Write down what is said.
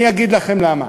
אני אגיד לכם למה.